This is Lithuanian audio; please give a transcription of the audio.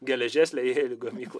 geležies liejėlių gamykloj